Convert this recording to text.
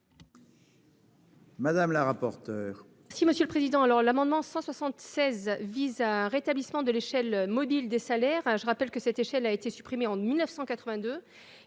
Madame le rapporteur,